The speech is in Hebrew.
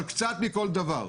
אבל קצת מכל דבר.